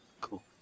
Cool